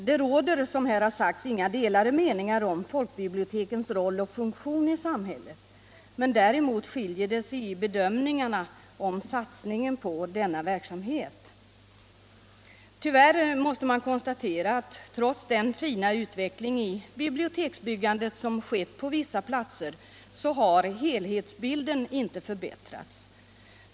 Det råder, som här har sagts, inga delade meningar om folkbibliotekens roll och funktion i samhället, men däremot skiljer det sig i bedömningarna av satsningen på denna verksamhet. Tyvärr måste man konstatera att trots den fina utveckling i biblioteksbyggandet som skett på vissa platser har helhetsbilden inte förbättrats.